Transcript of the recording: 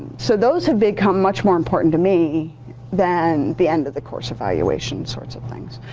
so those have become much more important to me than the end of the course evaluation sorts of things.